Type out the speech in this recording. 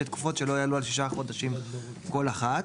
תקופות שלא יעלו על שישה חודשים כל אחת".